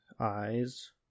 eyes